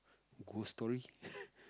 ghost story